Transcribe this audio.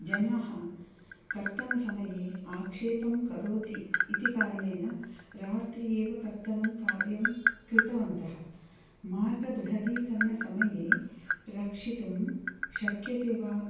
जनाः कर्तनसमये आक्षेपं करोति इति कारणेन रात्रि एव कर्तनं कार्यं कृतवन्तः मार्गबृहदीकरणसमये रक्षितुं शक्यते वा